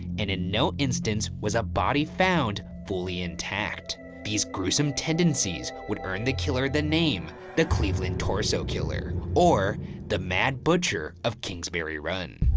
and in no instance was a body found fully intact. these gruesome tendencies earned the killer the name the cleveland torso killer or the mad butcher of kingsbury run.